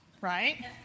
right